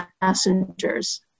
passengers